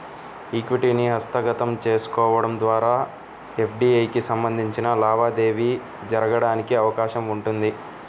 ఈక్విటీని హస్తగతం చేసుకోవడం ద్వారా ఎఫ్డీఐకి సంబంధించిన లావాదేవీ జరగడానికి అవకాశం ఉంటుంది